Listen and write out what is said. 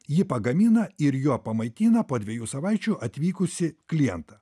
jį pagamina ir juo pamaitina po dviejų savaičių atvykusį klientą